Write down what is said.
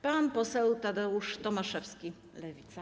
Pan poseł Tadeusz Tomaszewski, Lewica.